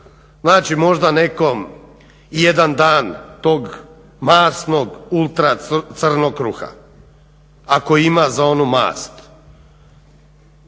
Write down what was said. znači možda nekom jedan dan tog masnog ultra crnog kruha ako ima za onu mast,